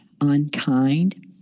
unkind